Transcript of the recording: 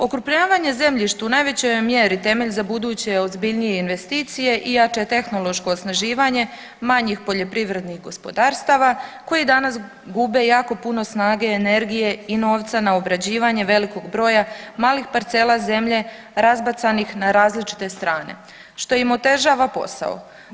Okrupnjavanje zemljišta u najvećoj je mjeri temelj za buduće ozbiljnije investicije i jače tehnološko osnaživanje manjih poljoprivrednih gospodarstava koji danas gube jako puno snage, energije i novca na obrađivanje velikog broja malih parcela zemlje razbacanih na različite strane što im otežava posao.